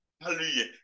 Hallelujah